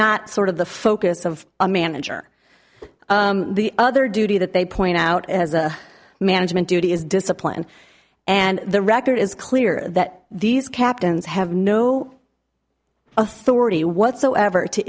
not sort of the focus of a manager the other duty that they point out as a management duty is discipline and the record is clear that these captains have no authority whatsoever to